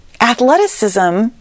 Athleticism